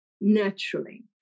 naturally